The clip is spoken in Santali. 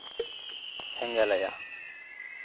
ᱥᱮᱸᱜᱮᱞ ᱟᱭᱟ